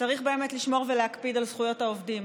צריך באמת לשמור ולהקפיד על זכויות העובדים,